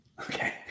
Okay